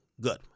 Good